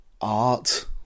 art